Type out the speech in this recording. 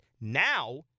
Now